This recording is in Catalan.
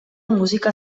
música